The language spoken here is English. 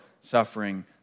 suffering